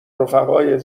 رفقای